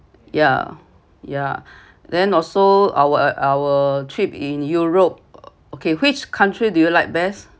ya ya then also our our trip in europe okay which country do you like best